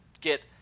get